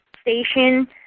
station